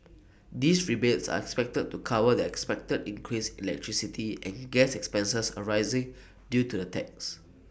these rebates are expected to cover the expected increase electricity and gas expenses arising due to the tax